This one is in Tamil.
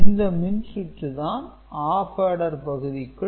இந்த மின்சுற்று தான் ஆப் ஆர்டர் பகுதிக்குள் உள்ளது